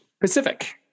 Pacific